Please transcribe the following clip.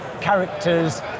characters